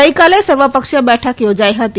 ગઈકાલે સર્વપક્ષીય બેઠક યોજાઈ હતી